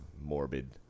morbid